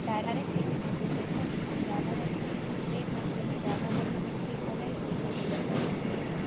direct tax म तो जेखर इनकम जादा रहिथे जेन मनसे ह जादा बड़हर रहिथे ओला ही पइसा देय बर परथे